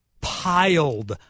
piled